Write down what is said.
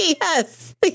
Yes